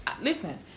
listen